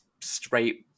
straight